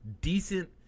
decent